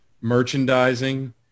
merchandising